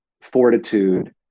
fortitude